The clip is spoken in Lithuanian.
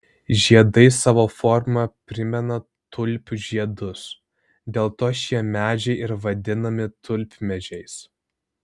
žiedai savo forma primena tulpių žiedus dėl to šie medžiai ir vadinami tulpmedžiais